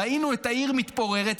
ראינו את העיר מתפוררת,